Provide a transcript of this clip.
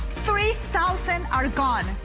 three thousand are gone.